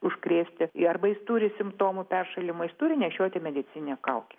užkrėsti arba jis turi simptomų peršalimo jis turi nešioti medicininę kaukę